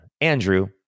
Andrew